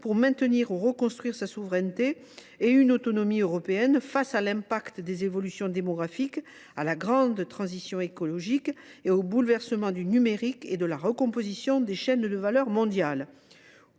pour maintenir ou reconstruire sa souveraineté et une autonomie européenne face à l’impact des évolutions démographiques, à la grande transition écologique et aux bouleversements du numérique et de la recomposition des chaînes de valeur mondiales